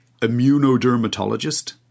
immunodermatologist